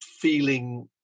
feeling